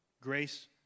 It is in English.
Grace